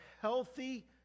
healthy